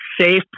safe